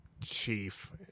chief